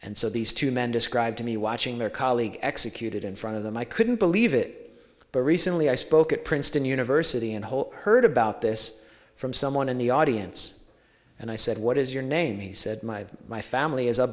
and so these two men described to me watching their colleagues executed in front of them i couldn't believe it but recently i spoke at princeton university and whole heard about this from someone in the audience and i said what is your name he said my my family is a